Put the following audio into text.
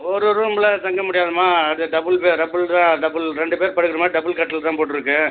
ஒரு ரூம்மில் தங்க முடியாதும்மா அது டபுள் பெ டபுள் டபுள் ரெண்டு பேர் படுக்கிற மாதிரி டபுள் கட்டில் தான் போட்டுருக்கு